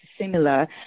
similar